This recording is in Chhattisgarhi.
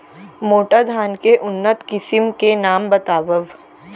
मोटा धान के उन्नत किसिम के नाम बतावव?